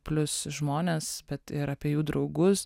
plius žmones bet ir apie jų draugus